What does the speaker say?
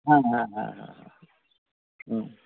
ᱦᱮᱸ ᱦᱮᱸ ᱦᱮᱸ